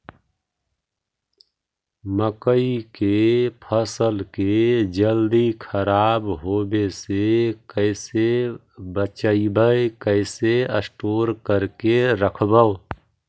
मकइ के फ़सल के जल्दी खराब होबे से कैसे बचइबै कैसे स्टोर करके रखबै?